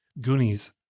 goonies